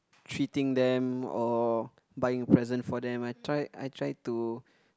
treating them or buying present for them I try I try to